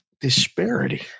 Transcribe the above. disparity